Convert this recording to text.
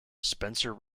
spencer